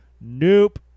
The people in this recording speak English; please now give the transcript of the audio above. nope